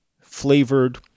flavored